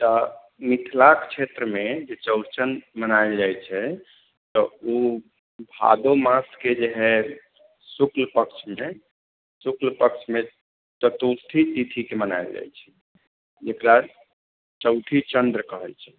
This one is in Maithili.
तऽ मिथिलाके क्षेत्रमे जे चौड़चन मनाएल जाइत छै तऽ ओ भादव मासके जे है शुक्ल पक्षमे शुक्ल पक्षमे चतुर्थी तिथिके मनाओल जाइत छै जेकरा चौठीचन्द्र कहैत छै